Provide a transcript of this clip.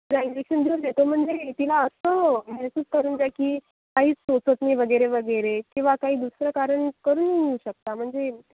तिला इंजेकशन देऊन देतो म्हणजे तिला असं मेहसूस करून द्या की काहीच टोचत नाही वगैरे वगैरे किंवा काही दुसरं कारण करून येऊ शकता म्हणजे